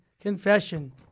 confession